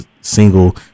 single